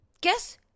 guess